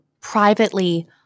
privately